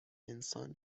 انسان